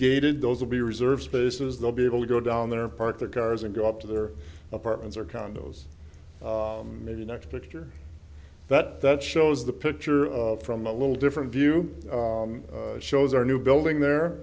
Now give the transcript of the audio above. gated those will be reserved spaces they'll be able to go down there parked their cars and go up to their apartments or condos maybe next picture that that shows the picture from a little different view shows or a new building there